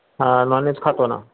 हां नॉनवेज खातो ना